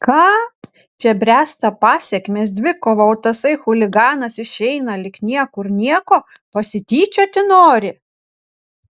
ką čia bręsta pasekmės dvikova o tasai chuliganas išeina lyg niekur nieko pasityčioti nori